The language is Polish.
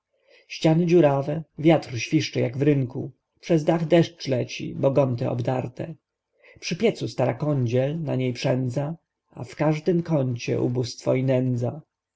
ściany dziurawe wiatr świszcze jak w rynku przez dach deszcz leci bo gonty obdarte przy piecu stara kądziel na niej przędza a w każdym kącie ubóstwo i